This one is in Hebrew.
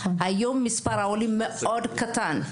היום מספר העולים מאוד קטן.